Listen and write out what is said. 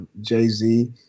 Jay-Z